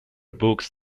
books